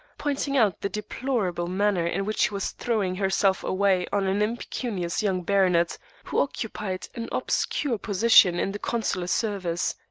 pointing out the deplorable manner in which she was throwing herself away on an impecunious young baronet who occupied an obscure position in the consular service.